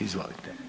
Izvolite.